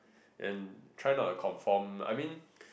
and try not to conform I mean